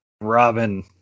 Robin